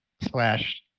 slash